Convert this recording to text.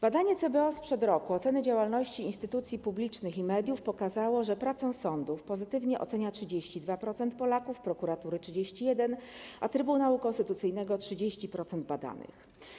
Badanie CBOS sprzed roku dotyczące oceny działalności instytucji publicznych i mediów pokazało, że pracę sądów pozytywnie ocenia 32% Polaków, prokuratury - 31%, a Trybunału Konstytucyjnego - 30% badanych.